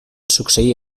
succeir